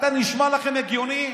נשמע לכם הגיוני?